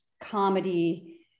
comedy